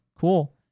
Cool